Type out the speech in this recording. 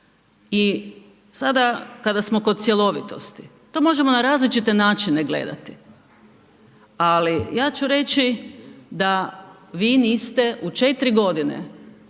I sada kada smo kod cjelovitosti, to možemo na različite gledati, ali ja ću reći da vi niste u četiri godine